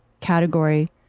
category